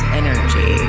energy